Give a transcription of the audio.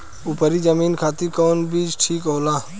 उपरी जमीन खातिर कौन बीज ठीक होला?